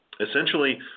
essentially